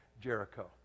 Jericho